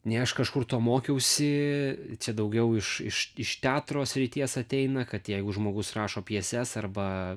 nei aš kažkur to mokiausi čia daugiau iš iš iš teatro srities ateina kad jeigu žmogus rašo pjeses arba